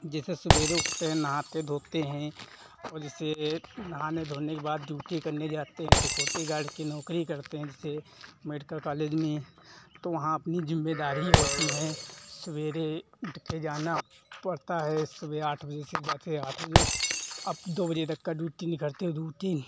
जैसे सबेरे उठते हैं नहाते धोते हैं और जैसे नहाने धोने के बाद ड्यूटी करने जाते हैं सिक्योरिटी गार्ड की नौकरी करते हैं जिससे मेडिकल कॉलेज में तो वहाँ अपनी जिम्मेदारी होती है सबेरे उठकर जाना पड़ता है सुबह आठ बजे से जाकर आठ बजे अब दो बजे तक की ड्यूटी करते हैं ड्यूटी